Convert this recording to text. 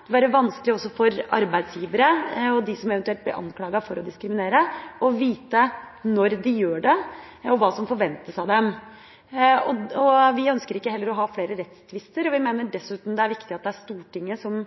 det vil føre til en uklar rettstilstand. Det vil være vanskelig å håndheve, det vil være vanskelig også for arbeidsgivere og for dem som eventuelt blir anklaget for å diskriminere, å vite når de gjør det, og hva som forventes av dem. Vi ønsker heller ikke flere rettstvister; og vi mener dessuten det er viktig at det er Stortinget som